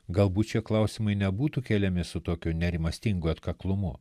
galbūt šie klausimai nebūtų keliami su tokiu nerimastingu atkaklumu